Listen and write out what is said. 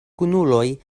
kunuloj